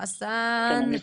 אני פה.